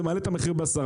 זה מעלה את המחיר ב-10%.